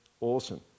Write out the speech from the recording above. awesome